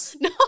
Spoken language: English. No